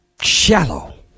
shallow